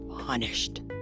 punished